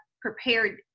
prepared